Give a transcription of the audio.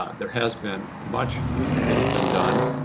ah there has been much that has been done.